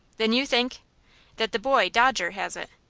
then you think that the boy, dodger, has it.